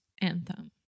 anthem